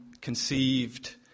conceived